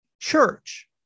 Church